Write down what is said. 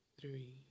three